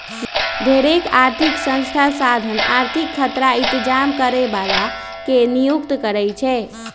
ढेरेक आर्थिक संस्था साधन आर्थिक खतरा इतजाम करे बला के नियुक्ति करै छै